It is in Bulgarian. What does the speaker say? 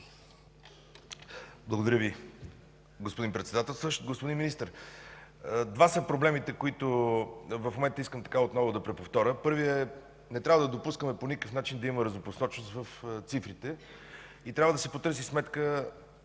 Благодаря Ви, господин Председателстващ. Господин Министър, два са проблемите, които в момента искам отново да преповторя. Първият – не трябва да допускаме по никакъв начин да има разнопосочност в цифрите. Трябва да се потърси сметка